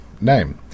name